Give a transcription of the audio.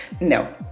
no